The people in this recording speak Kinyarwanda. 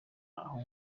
aho